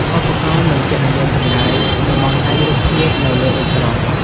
ឧបករណ៍នឹងគណនាចម្ងាយ និងបង្ហាញរូបភាពនៅលើអេក្រង់។